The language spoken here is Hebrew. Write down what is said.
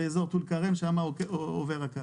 באזור טול כרם, שם עובר הקו.